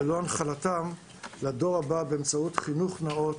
ללא הנחלתם לדור הבא באמצעות חינוך נאות,